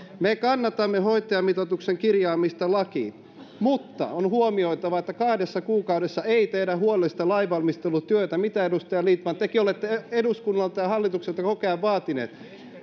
me kannatamme hoitajamitoituksen kirjaamista lakiin mutta on huomioitava että kahdessa kuukaudessa ei tehdä huolellista lainvalmistelutyötä mitä edustaja lindtman tekin olette eduskunnalta ja hallitukselta koko ajan vaatinut